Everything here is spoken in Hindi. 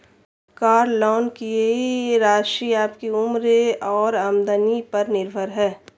कार लोन की राशि आपकी उम्र और आमदनी पर निर्भर है